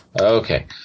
Okay